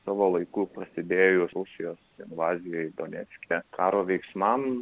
savo laiku prasidėjus rusijos invazijai donecke karo veiksmam